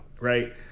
right